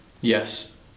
yes